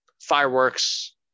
Fireworks